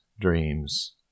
dreams